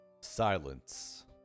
Silence